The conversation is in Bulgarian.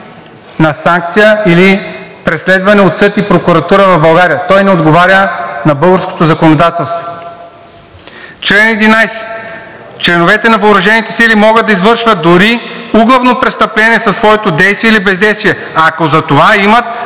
на санкция или преследване от съд и прокуратура в България. Той не отговаря на българското законодателство. „Чл. 11. Членовете на въоръжените сили могат да извършват дори углавно престъпление със своето действие или бездействие, ако за това имат